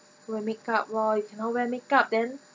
wear makeup lor you cannot wear makeup then